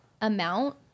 amount